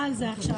מה על זה עכשיו?